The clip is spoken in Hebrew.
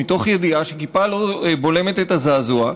שכיפה לא בולמת את הזעזוע.